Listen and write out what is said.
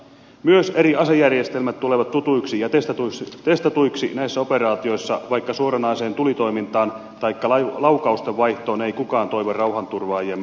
myös eri asejärjestelmät tulevat tutuiksi ja testatuiksi näissä operaatioissa vaikka suoranaiseen tulitoimintaan taikka laukaustenvaihtoon ei kukaan toivo rauhanturvaajiemme joutuvan